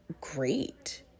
great